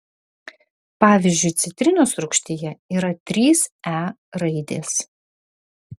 pavyzdžiui citrinos rūgštyje yra trys e raidės